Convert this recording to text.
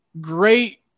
great